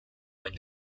when